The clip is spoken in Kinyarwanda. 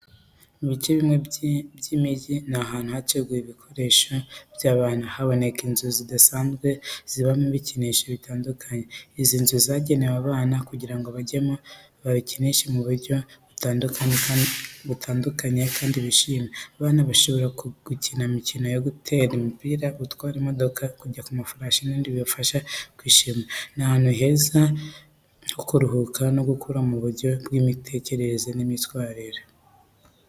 Mu bice bimwe by’imijyi n’ahantu hateguwe ibikorwa by’abana, haboneka inzu zidasanzwe zibamo ibikinisho bitandukanye. Izi nzu zagenewe abana kugira ngo bajyemo babikinishe mu buryo butekanye kandi bushimishije. Abana bashobora gukina imikino yo gutera umupira, gutwara imodoka, kujya ku mafarashi n'ibindi bibafasha kwishimana. Ni ahantu heza ho kuruhukira no gukura mu buryo bw’imitekerereze n’imyitwarire.